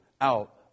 out